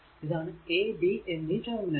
ഇതാണ് a b എന്നീ ടെർമിനലുകൾ